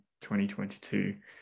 2022